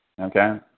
Okay